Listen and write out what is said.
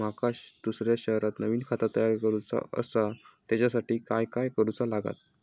माका दुसऱ्या शहरात नवीन खाता तयार करूचा असा त्याच्यासाठी काय काय करू चा लागात?